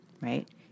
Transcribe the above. right